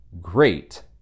great